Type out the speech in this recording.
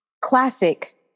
classic